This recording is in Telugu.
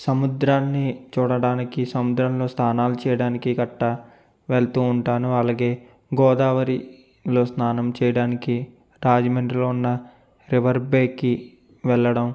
సముద్రాన్ని చూడడానికి సముద్రంలో స్నానాలు చేయడానికి గట్ట వెళుతూ ఉంటాను అలాగే గోదావరిలో స్నానం చేయడానికి రాజమండ్రిలో ఉన్న రివర్ బే కి వెళ్లడం